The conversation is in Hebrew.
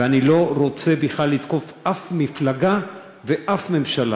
ואני לא רוצה בכלל לתקוף אף מפלגה ואף ממשלה,